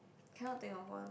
cannot think of one